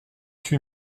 huit